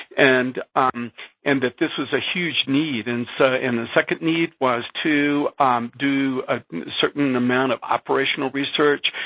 and and that this is a huge need. and so and the second need was to do a certain amount of operational research,